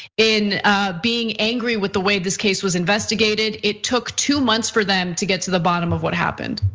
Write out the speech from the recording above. in being angry with the way this case was investigated. it took two months for them to get to the bottom of what happened.